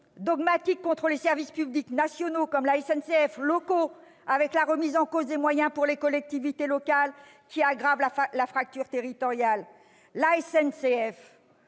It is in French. dogmatique contre les services publics nationaux, comme la SNCF, et locaux, avec la remise en cause des moyens des collectivités locales, qui aggrave la fracture territoriale ?